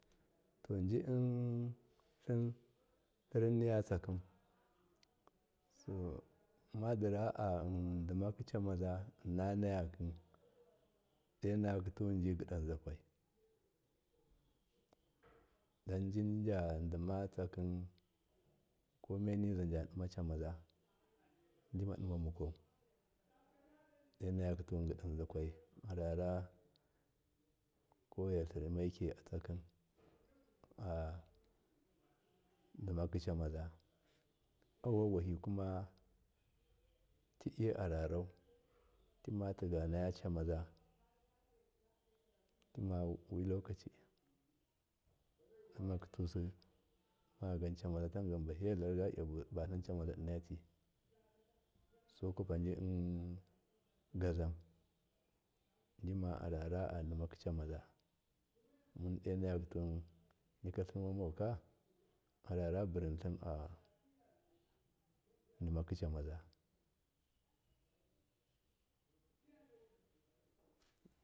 Toji in in tlrin niyatsakim somadira adumakicama za inna nayakiji gidenzakwai dunjijadima tsakin komeniza juduma cammaza jimadima mukwau enavaki tuwun gidan zakwai arara kowaiya tlirimaiki adimaki camaza a vo gwake kuma ti. iarara dimatiganaya camaza timawe lokoci ɗimaki tusi tima gancamaza tangan bakiye tlar galya batlinne wuai innati gukwapajigazan jima arara adimaki camaza mundonaki tuwan nigya tlirimomoka araraburintlin dimaka samaza.